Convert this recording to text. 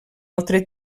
altre